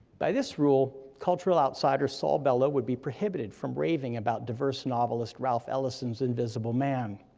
by this rule, cultural outsider saul bellow would be prohibited from raving about diverse novelist ralph ellison's invisible man.